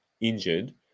injured